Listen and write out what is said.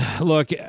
look